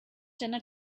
dinner